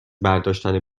برداشتن